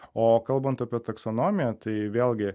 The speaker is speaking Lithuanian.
o kalbant apie taksonomiją tai vėlgi